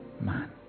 man